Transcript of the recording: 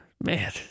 man